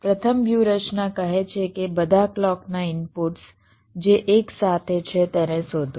પ્રથમ વ્યૂહરચના કહે છે કે બધા ક્લૉકના ઇનપુટ્સ જે એક સાથે છે તેને શોધો